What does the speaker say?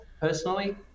personally